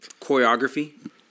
Choreography